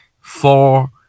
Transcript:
four